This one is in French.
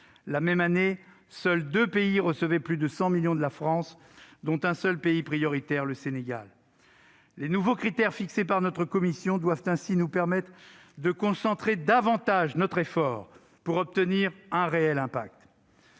La même année, seuls 2 pays recevaient plus de 100 millions de dollars de la part de la France, dont 1 seul pays prioritaire, le Sénégal. Les nouveaux critères fixés par notre commission doivent ainsi nous permettre de concentrer davantage notre effort, pour obtenir un réel impact.